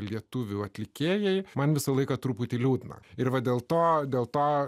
lietuvių atlikėjai man visą laiką truputį liūdna ir va dėl to dėl to